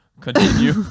Continue